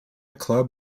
club